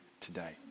today